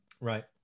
Right